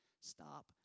Stop